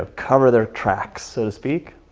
cover their tracks so to speak.